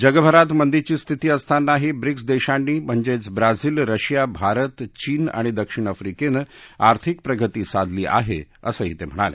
जगभरात मंदीची स्थिती असतांनाही ब्रिक्स देशांनी म्हणजेच ब्राझील रशिया भारत चीन आणि दक्षिण अफ्रिकेनं आर्थिक प्रगती साधली आहे असंही ते म्हणाले